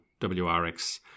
WRX